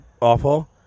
awful